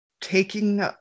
taking